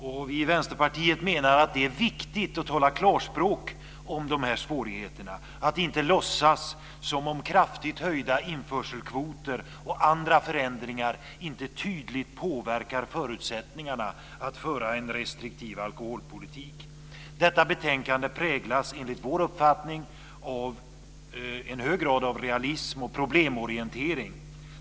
Vi i Vänsterpartiet menar att det är viktigt att tala klarspråk om dessa svårigheter, att inte låtsas som om kraftigt höjda införselkvoter och andra förändringar inte tydligt påverkar förutsättningarna att föra en restriktiv alkoholpolitik. Detta betänkande präglas, enligt vår uppfattning, av en hög grad av realism och problemorientering.